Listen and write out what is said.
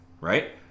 right